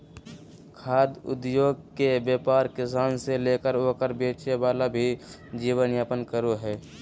खाद्य उद्योगके व्यापार किसान से लेकर ओकरा बेचे वाला भी जीवन यापन करो हइ